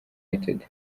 united